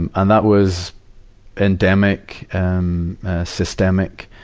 and and that was endemic and systemic.